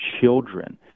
children